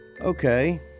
Okay